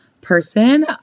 person